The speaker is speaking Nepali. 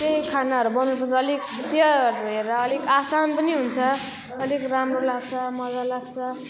त्यही खानाहरू बनाउनुपर्छ अलिक त्यो हेरेर अलिक आसान पनि हुन्छ अलिक राम्रो लाग्छ मजा लाग्छ